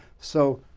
so,